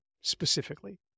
specifically